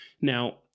Now